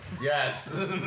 Yes